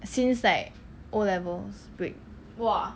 since like O levels break